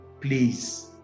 please